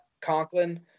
Conklin